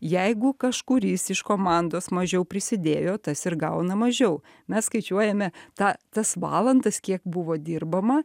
jeigu kažkuris iš komandos mažiau prisidėjo tas ir gauna mažiau mes skaičiuojame tą tas valandas kiek buvo dirbama